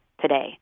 today